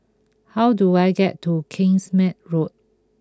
how do I get to Kingsmead Road